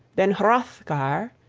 then hrothgar,